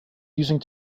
using